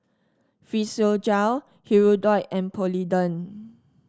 Physiogel Hirudoid and Polident